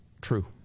True